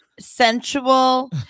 sensual